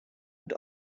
und